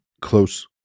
close